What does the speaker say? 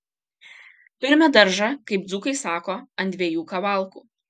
turime daržą kaip dzūkai sako ant dviejų kavalkų